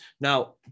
Now